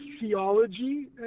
theology